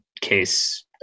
case